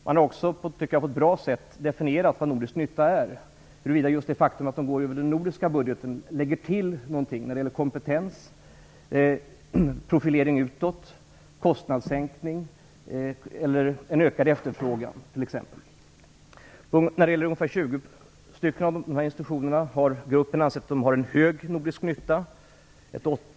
Man har också - som jag tycker på ett bra sätt - definierat vad nordisk nytta är, huruvida just det faktum att de redovisas över den nordiska budgeten lägger till någonting när det gäller kompetens, profilering utåt, kostnadssänkning eller t.ex. en ökad efterfrågan. När det gäller ungefär 20 av dessa institutioner har gruppen ansett att de har en hög nordisk nytta.